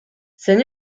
zein